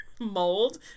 Mold